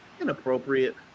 inappropriate